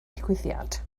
digwyddiad